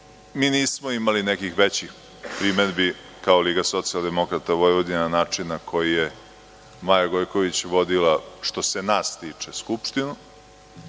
mi nismo imali nekih većih primedbi, kao Liga socijaldemokrata Vojvodine, na način na koji je Maja Gojković vodila, što se nas tiče, Skupštinu.